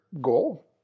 goal